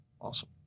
Awesome